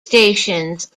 stations